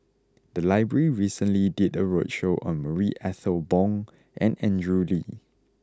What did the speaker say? the library recently did a roadshow on Marie Ethel Bong and Andrew Lee